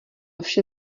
vše